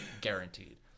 guaranteed